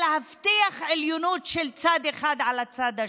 להבטיח עליונות של צד אחד על הצד השני.